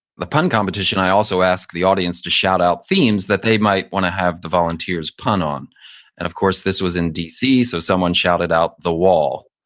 the pun competition, i also ask the audience to shout out themes that they might want to have the volunteers pun on. and of course this was in dc, so someone shouted out the wall.